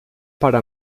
para